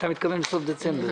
אתה מתכוון בסוף דצמבר.